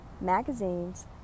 magazines